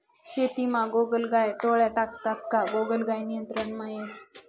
शेतीमा गोगलगाय गोळ्या टाक्यात का गोगलगाय नियंत्रणमा येस